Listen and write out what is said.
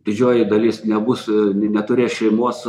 didžioji dalis nebus i neturės šeimos